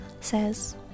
says